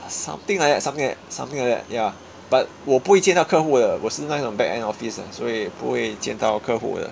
something like that something like that something like that ya but 我不会见到客户的我是那一种 back end office 的所以不会见到客户的